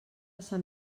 sant